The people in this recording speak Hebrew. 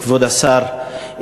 כבוד השר,